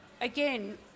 again